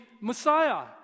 Messiah